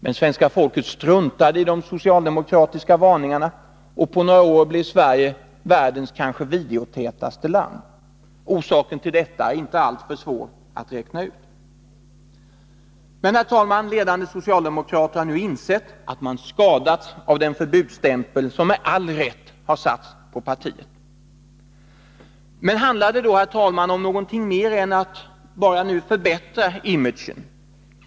Men svenska folket struntade i de socialdemokratiska varningarna, och på några år blev Sverige världens kanske videotätaste land. Orsaken till detta är inte alltför svår att räkna ut. Ledande socialdemokrater har nu insett att man skadats av den förbudsstämpel som med all rätt har satts på partiet. Men handlar det, herr talman, om något mera än att förbättra imagen?